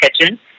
kitchen